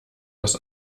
aus